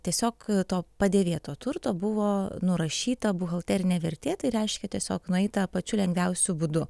tiesiog to padėvėto turto buvo nurašyta buhalterinė vertė tai reiškia tiesiog nueita pačiu lengviausiu būdu